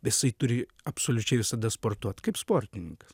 jisai turi absoliučiai visada sportuot kaip sportininkas